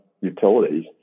utilities